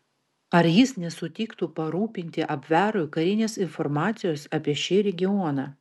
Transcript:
ar jis nesutiktų parūpinti abverui karinės informacijos apie šį regioną